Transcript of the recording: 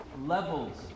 levels